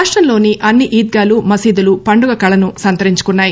రాష్టంలోని అన్ని ఈద్గాలు మసీదులు పండుగ కళను సంతరించుకున్నాయి